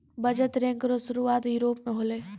बचत बैंक रो सुरुआत यूरोप मे होलै